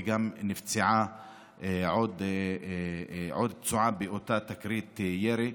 וגם נפצעה עוד פצועה באותה תקרית ירי.